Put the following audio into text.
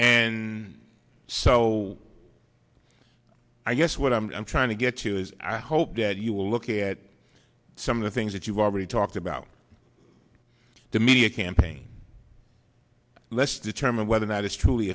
and so i guess what i'm trying to get to is i hope that you will look at some of the things that you've already talked about the media campaign let's determine whether that is truly